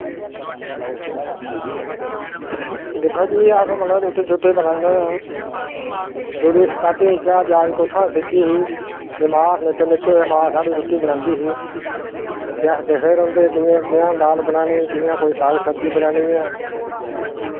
दिक्खो जी अस मतलब रुट्टी बनाने शुरू स्टार्टिंग चा जाच कुत्थूं सिक्खी ही ते अस निक्के निक्के हे ते मां साढ़ी रुट्टी बनांदी ही ते अस दिखदे होंदे हे कि कि'यां कि'यां दाल बनानी ते कि'यां कोई साग सब्ज़ी बनानी ऐ